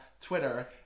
Twitter